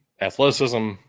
athleticism